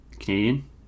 Canadian